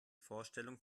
vorstellung